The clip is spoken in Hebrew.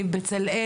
מבצלאל,